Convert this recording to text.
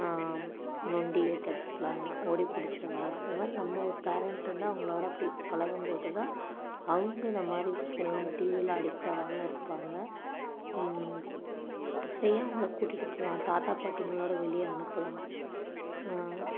நொண்டி டெக்லா ஓடி பிடிச்சு விளாட்லாம் இந்தமாதிரி நம்ம ஒரு பேரண்ட் இருந்தால் அவங்களோட இப்படி பழகம்போதுதான் அவங்க இந்தமாதிரி ஃபோன் டிவியில் அடிக்ட் ஆகாம இருப்பாங்க நிறைய அவங்கள கூட்டிகிட்டு போகலாம் தாத்தா பாட்டிங்களோடு வெளியே அனுப்புலாம்